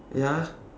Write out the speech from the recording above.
ya